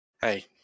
Hey